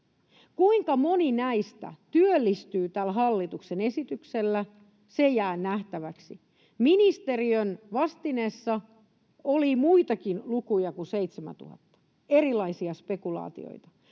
Kuinka moni näistä työllistyy tällä hallituksen esityksellä? Se jää nähtäväksi. Ministeriön vastineessa oli muitakin lukuja kuin 7 000, erilaisia spekulaatioita.